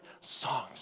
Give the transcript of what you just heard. songs